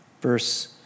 Verse